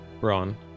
Ron